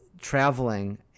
traveling